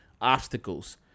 obstacles